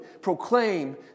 proclaim